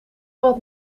wat